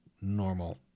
Normal